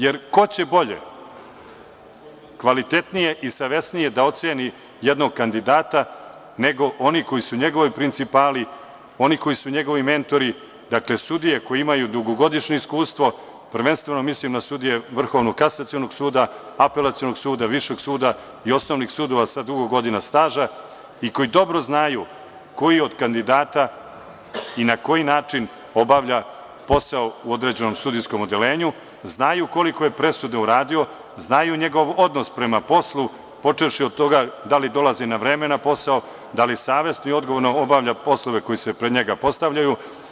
Jer, ko će bolje, kvalitetnije i savesnije da oceni jednog kandidata, nego oni koji su njegovi principali, oni koji su njegovi mentori, dakle sudije koje imaju dugogodišnje iskustvo, prvenstveno mislim na sudije VKS, Apelacionog suda, Višeg suda i osnovnih sudova sa dugo godina staža i koji dobro znaju koji od kandidata i na koji način obavlja posao u određenom sudijskom odeljenju, znaju koliko je presuda uradio, znaju njegov odnos prema poslu, počevši od toga da li dolazi na vreme na posao, da li savesno i odgovorno obavlja poslove koji se pred njega postavljaju.